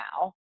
now